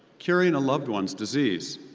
curing a loved one's disease,